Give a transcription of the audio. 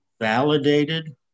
validated